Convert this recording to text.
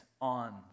on